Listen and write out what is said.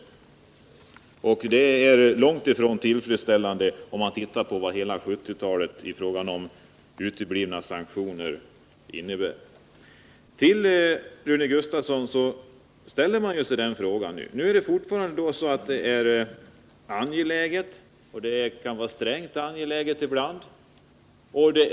Det är långt ifrån tillfredsställande, om man tittar på vad de uteblivna sanktionerna under hela 1970-talet innebär. Rune Gustavsson säger fortfarande att det är angeläget, ibland mycket angeläget, att något görs.